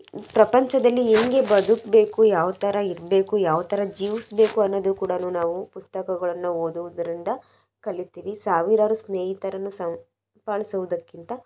ಪ್ರಪಂಚದಲ್ಲಿ ಹೇಗೆ ಬದುಕಬೇಕು ಯಾವ ಥರ ಇರಬೇಕು ಯಾವ ಥರ ಜೀವಿಸ್ಬೇಕು ಅನ್ನೋದು ಕೂಡ ನಾವು ಪುಸ್ತಕಗಳನ್ನು ಓದುವುದರಿಂದ ಕಲಿತೀವಿ ಸಾವಿರಾರು ಸ್ನೇಹಿತರನ್ನು ಸಮ್ ಗಳಿಸುವುದಕ್ಕಿಂತ